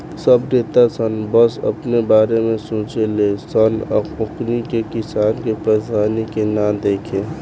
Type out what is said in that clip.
सब नेता सन बस अपने बारे में सोचे ले सन ओकनी के किसान के परेशानी के ना दिखे